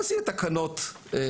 אפשר יהיה להסתפק בתקנות ליום,